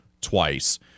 twice